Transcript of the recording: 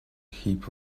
heap